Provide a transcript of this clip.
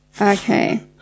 Okay